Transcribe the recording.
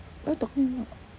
what you talking about